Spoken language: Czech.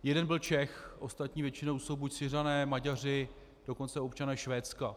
Jeden byl Čech, ostatní jsou většinou buď Syřané, Maďaři, dokonce občané Švédska.